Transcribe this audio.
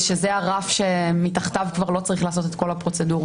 שזה הרף שמתחתיו כבר לא צריך לעשות את כל הפרוצדורות.